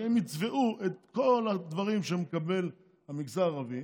שהם יצבעו את כל הדברים שמקבל המגזר הערבי